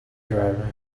driver